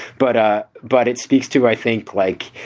but ah but it speaks to i think, like,